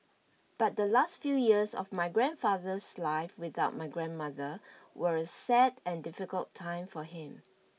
but the last few years of my grandfather's life without my grandmother were a sad and difficult time for him